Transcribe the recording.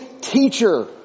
teacher